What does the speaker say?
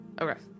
Okay